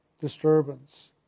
disturbance